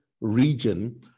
region